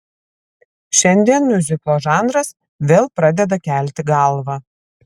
šiandien miuziklo žanras vėl pradeda kelti galvą